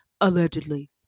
allegedly